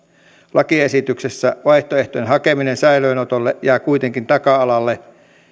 lakiesityksessä vaihtoehtojen hakeminen säilöönotolle jää kuitenkin taka alalle